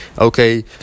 okay